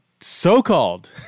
so-called